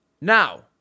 Now